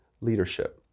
leadership